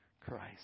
Christ